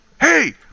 Hey